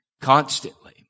constantly